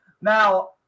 Now